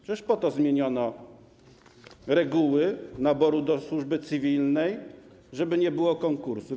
Przecież po to zmieniono reguły naboru do służby cywilnej, żeby nie było konkursów.